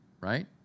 right